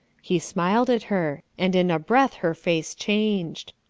he smiled at her, and in a breath her face changed.